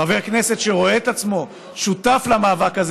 חבר כנסת שרואה את עצמו שותף למאבק הזה